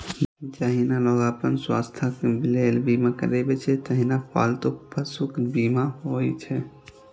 जहिना लोग अपन स्वास्थ्यक लेल बीमा करबै छै, तहिना पालतू पशुक बीमा होइ छै